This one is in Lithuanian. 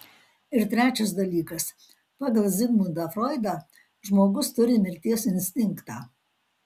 ir trečias dalykas pagal zigmundą froidą žmogus turi mirties instinktą